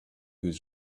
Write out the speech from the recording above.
was